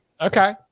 okay